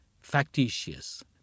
factitious